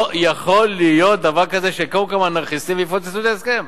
לא יכול להיות דבר כזה שיקומו כמה אנרכיסטים ויפוצצו את ההסכם.